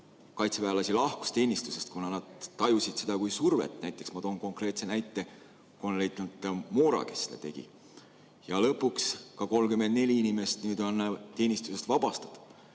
kaitseväelasi lahkus teenistusest, kuna nad tajusid seda kui survet. Ma toon konkreetse näite, kolonelleitnant Moora, kes seda tegi. Lõpuks on 34 inimest nüüd teenistusest vabastatud.